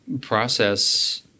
process